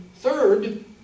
Third